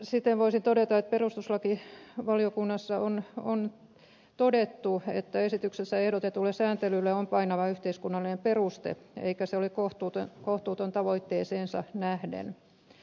siten voisi todeta että perustuslakivaliokunnassa on todettu että esityksessä ehdotetulle sääntelylle on painava yhteiskunnallinen peruste eikä se ole kohtuuton tavoitteeseensa nähden